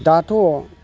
दाथ'